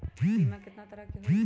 बीमा केतना तरह के होइ?